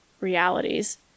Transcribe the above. realities